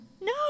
No